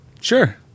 Sure